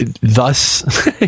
Thus